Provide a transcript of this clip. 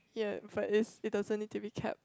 ya Fais it doesn't need to be cap